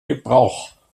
gebrauch